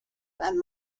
than